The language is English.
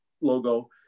logo